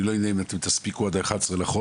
אני לא יודע אם אתם תספיקו עד ה-11 לחודש,